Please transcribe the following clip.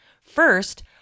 First